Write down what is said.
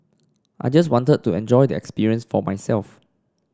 I just wanted to enjoy the experience for myself